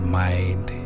mind